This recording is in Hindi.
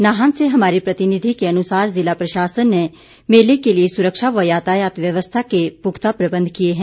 नाहन से हमारे प्रतिनिधि के अनुसार ज़िला प्रशासन ने मेले के लिए सुरक्षा व यातायात व्यवस्था के पुख्ता प्रबंध किए हैं